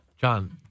John